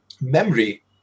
memory